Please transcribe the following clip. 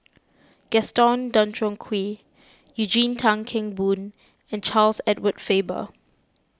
Gaston Dutronquoy Eugene Tan Kheng Boon and Charles Edward Faber